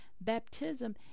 Baptism